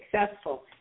successful